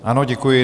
Ano, děkuji.